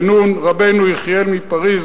רבנו יחיאל מפריס,